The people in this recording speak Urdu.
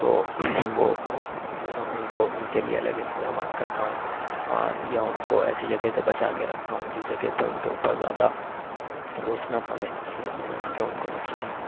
تو وہ یا ان کو ان کے لیے الگ انتظامات کرتا ہوں اور یا ان کو ایسی جگہ سے بچا کے رکھتا ہوں جس جگہ پہ ان کے اوپر زیادہ اوس نہ پڑے جو ہے کہ ان کو نقصان ہو